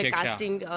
casting